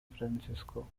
francisco